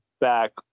back